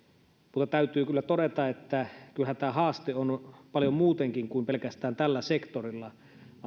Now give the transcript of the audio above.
mutta täytyy kyllä todeta että kyllähän tämä haaste on paljon muutenkin kuin pelkästään tällä sektorilla